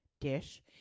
dish